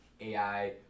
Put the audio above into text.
AI